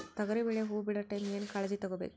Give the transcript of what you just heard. ತೊಗರಿಬೇಳೆ ಹೊವ ಬಿಡ ಟೈಮ್ ಏನ ಕಾಳಜಿ ತಗೋಬೇಕು?